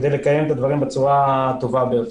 כדי לקיים את הדברים בצורה הטובה ביותר.